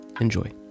Enjoy